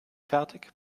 fertig